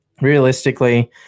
Realistically